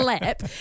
lap